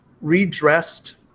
redressed